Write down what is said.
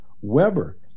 Weber